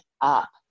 up